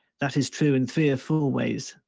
that is true in three or four ways.